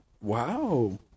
Wow